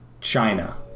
china